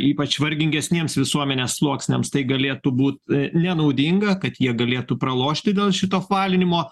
ypač vargingesniems visuomenės sluoksniams tai galėtų būt nenaudinga kad jie galėtų pralošti dėl šito apvalinimo